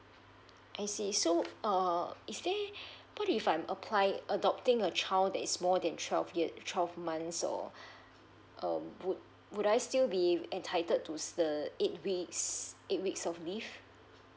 I see so uh is there what if I'm apply adopting a child that is more than twelve year~ twelve months old um would would I still be entitled to the eight weeks eight weeks of leave